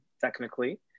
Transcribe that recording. technically